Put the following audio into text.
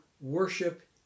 worship